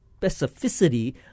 specificity